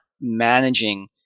managing